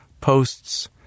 Posts